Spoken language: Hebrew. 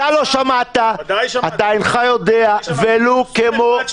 אני מקווה שבדיון הבא היא תדע גם לכבד את הוועדה פה,